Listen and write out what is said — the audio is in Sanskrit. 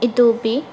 इतोपि